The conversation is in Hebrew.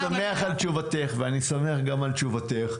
אני שמח על תשובתך ואני שמח גם על תשובתך,